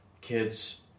kids